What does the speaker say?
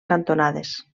cantonades